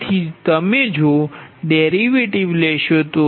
તેથી તમે જો ડેરિવેટિવ લેશો તો